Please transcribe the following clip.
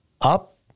up